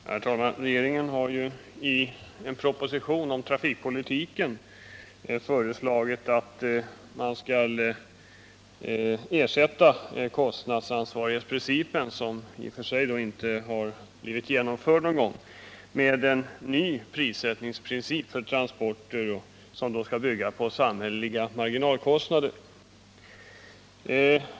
Herr talman! Regeringen har ju i en proposition om trafikpolitiken föreslagit att man skall ersätta kostnadsansvarighetsprincipen, som i och för sig inte har blivit genomförd, med en ny prissättningsprincip för transporter som skall bygga på samhälleliga marginalkostnader.